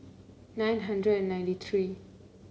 nine hundred and ninety three